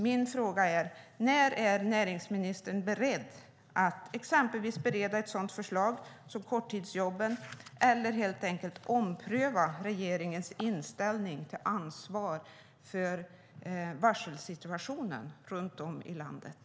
Min fråga är alltså: När är näringsministern beredd att exempelvis bereda ett sådant förslag som det om korttidsjobben eller helt enkelt ompröva regeringens inställning till ansvar för varselsituationen runt om i landet?